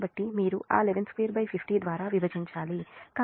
కాబట్టి మీరు ఆ 11250 ద్వారా విభజించాలి